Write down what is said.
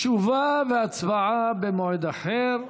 תשובה והצבעה במועד אחר.